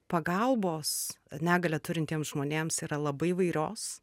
pagalbos negalią turintiems žmonėms yra labai įvairios